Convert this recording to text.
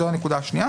זו הנקודה השנייה.